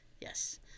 Yes